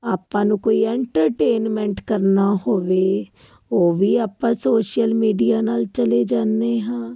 ਆਪਾਂ ਨੂੰ ਕੋਈ ਐਂਟਰਟੇਨਮੈਂਟ ਕਰਨਾ ਹੋਵੇ ਉਹ ਵੀ ਆਪਾਂ ਸ਼ੋਸ਼ਲ ਮੀਡੀਆ ਨਾਲ ਚਲੇ ਜਾਦੇ ਹਾਂ